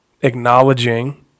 acknowledging